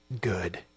good